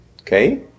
Okay